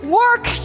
work